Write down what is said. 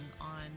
on